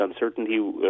uncertainty